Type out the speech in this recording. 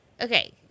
Okay